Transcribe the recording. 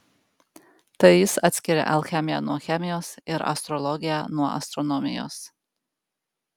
tai jis atskiria alchemiją nuo chemijos ir astrologiją nuo astronomijos